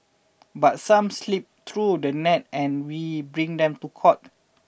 but some slip through the net and we bring them to court